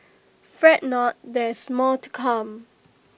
fret not there is more to come